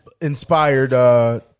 inspired